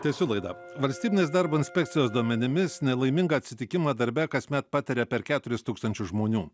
tęsiu laidą valstybinės darbo inspekcijos duomenimis nelaimingą atsitikimą darbe kasmet pataria per keturis tūkstančius žmonių